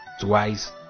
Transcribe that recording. twice